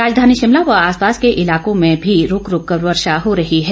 राजधानी शिमला व आसपास के इलाकों में भी दिन भर रुक रुक कर वर्षा हो रही है